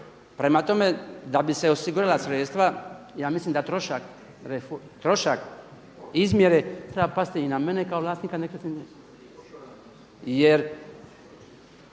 Prema tome, da bi se osigurala sredstva ja mislim da trošak izmjere treba pasti i na mene kao vlasnika nekretnine.